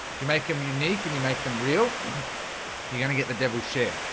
if you make them unique and you make them real you're gonna get the devil share.